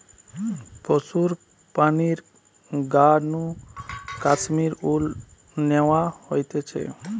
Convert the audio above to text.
পশুর প্রাণীর গা নু কাশ্মীর উল ন্যাওয়া হতিছে